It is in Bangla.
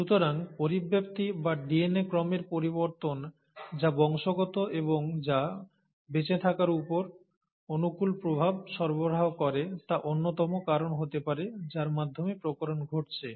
সুতরাং পরিব্যক্তি বা ডিএনএ ক্রমের পরিবর্তন যা বংশগত এবং যা বেঁচে থাকার উপর অনুকূল প্রভাব সরবরাহ করে তা অন্যতম কারণ হতে পারে যার মাধ্যমে প্রকরণ ঘটছে